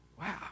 Wow